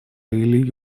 или